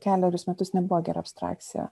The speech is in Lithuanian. kelerius metus nebuvo gera abstrakcija